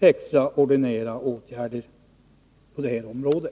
extraordinära åtgärder på det här området.